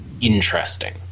interesting